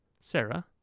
Sarah